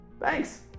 thanks